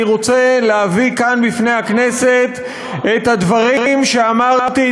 אני רוצה להביא כאן בפני הכנסת את הדברים שאמרתי,